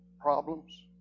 problems